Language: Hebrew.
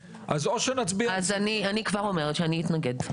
אז אני כבר אומרת שאני אתנגד.